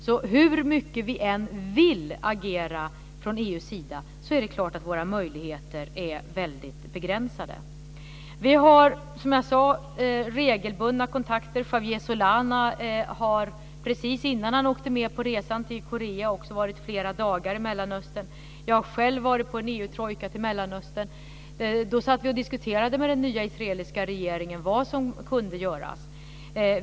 Så hur mycket vi än vill agera från EU:s sida är det klart att våra möjligheter är väldigt begränsade. Vi har, som jag sade, regelbundna kontakter. Javier Solana har precis innan åkte med på resan till Korea varit flera dagar i Mellanöstern. Jag har själv varit på en EU-trojka till Mellanöstern. Då satt vi och diskuterade med den nya israeliska regeringen vad som kunde göras.